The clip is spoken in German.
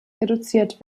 reduziert